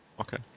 Okay